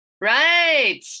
Right